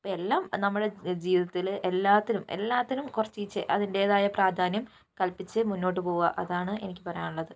ഇപ്പോൾ എല്ലാം നമ്മുടെ ജീവിതത്തില് എല്ലാത്തിനും എല്ലാത്തിനും കുറച്ച് അതിൻ്റേതായ പ്രാധാന്യം കൽപ്പിച്ച് മൂന്നോട്ട് പോവുക അതാണ് എനിക്ക് പറയാനുള്ളത്